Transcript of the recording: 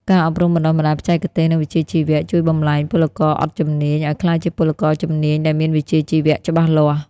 ការអប់រំបណ្ដុះបណ្ដាលបច្ចេកទេស និងវិជ្ជាជីវៈ ជួយបំប្លែងពលករអត់ជំនាញ ឱ្យក្លាយជាពលករជំនាញដែលមានវិជ្ជាជីវៈច្បាស់លាស់។